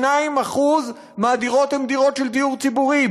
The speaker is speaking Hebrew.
32% מהדירות הן דירות של דיור ציבורי,